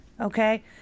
Okay